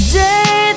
day